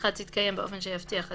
השיחה תתקיים באופן שיבטיח את